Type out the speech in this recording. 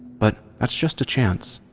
but that's just a chance.